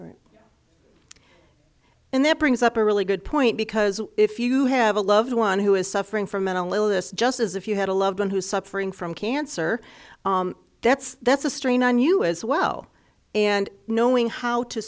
groups and that brings up a really good point because if you have a loved one who is suffering from mental illness just as if you had a loved one who's suffering from cancer that's that's a strain on you as well and knowing how to